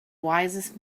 wisest